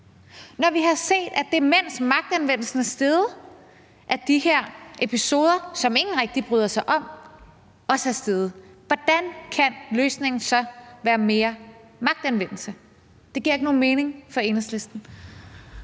i forhold til demens er steget, og at antallet af de her episoder, som ingen rigtig bryder sig om, også er steget, hvordan kan løsningen så være mere magtanvendelse? Det giver ikke nogen mening for Enhedslisten.